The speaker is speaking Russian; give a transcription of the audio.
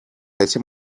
этим